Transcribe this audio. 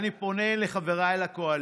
אני פונה לחבריי בקואליציה: